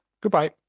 Goodbye